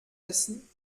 essen